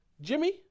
Jimmy